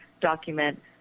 document